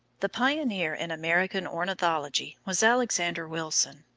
the pioneer in american ornithology was alexander wilson,